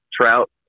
trout